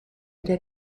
der